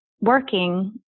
working